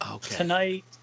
tonight